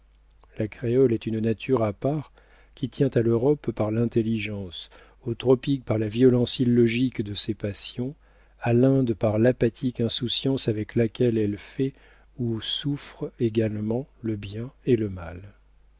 la créole est une nature à part qui tient à l'europe par l'intelligence aux tropiques par la violence illogique de ses passions à l'inde par l'apathique insouciance avec laquelle elle fait ou souffre également le bien et le mal